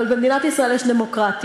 אבל במדינת ישראל יש דמוקרטיה,